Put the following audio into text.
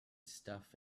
stuff